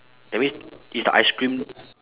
that means it's the ice cream